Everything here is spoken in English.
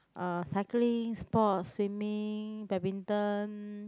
uh cycling sports swimming badminton